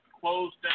closed